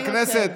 חברי הכנסת,